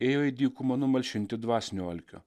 ėjo į dykumą numalšinti dvasinio alkio